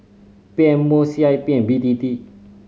P M O C I P and B T T